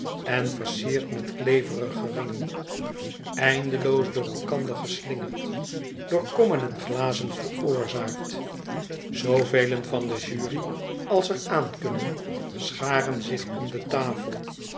en versierd met kleverige ringen eindeloos door elkander geslingerd door kommen en glazen veroorzaakt zoovelen van de jury als er aan kunnen scharen zich om de tafel